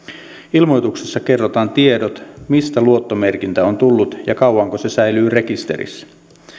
ilmoituksessa kerrotaan tiedot mistä luottomerkintä on tullut ja kauanko se säilyy rekisterissä